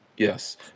Yes